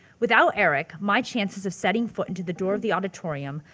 without eric, my chances of setting foot into the door of the auditorium,